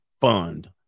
Fund